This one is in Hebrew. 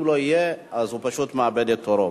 אם הוא לא יהיה, הוא פשוט מאבד את תורו.